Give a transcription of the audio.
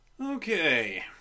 Okay